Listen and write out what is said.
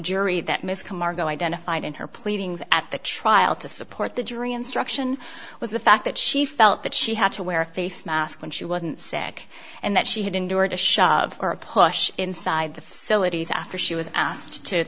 margot identified in her pleadings at the trial to support the jury instruction was the fact that she felt that she had to wear a face mask when she wasn't sick and that she had endured a shot or a push inside the facilities after she was asked to